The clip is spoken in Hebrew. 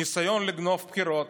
ניסיון לגנוב בחירות.